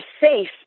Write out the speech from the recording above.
safe